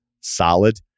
Solid